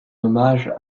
hommage